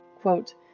quote